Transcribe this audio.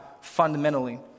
fundamentally